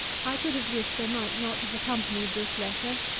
i could have wished they might not have accompanied this letter,